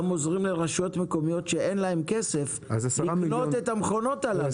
גם עוזרת לרשויות מקומיות שאין להן כסף לקנות את המכונות הללו.